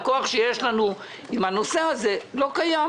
הכוח שלנו בנושא הזה לא קיים.